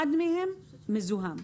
אחד מהם מזוהם.